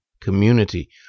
community